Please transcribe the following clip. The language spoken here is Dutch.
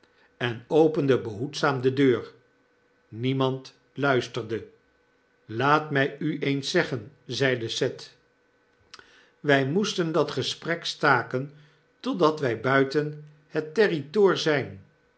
en opende behoedzaam de deur niemand luisterde laat my u eens zeggen zeide seth wy moesten dat gesprek staken totdat wy buiten het territoor zyn